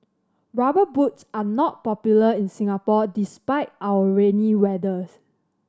Rubber Boots are not popular in Singapore despite our rainy weather